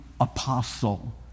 apostle